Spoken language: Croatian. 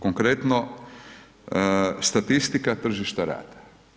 Konkretno, statistika tržišta rada.